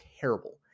terrible